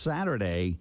Saturday